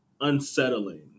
unsettling